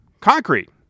concrete